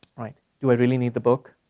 right? do i really need the book?